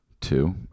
Two